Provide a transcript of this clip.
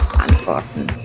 Antworten